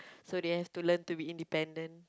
so they have to learn to be independent